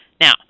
Now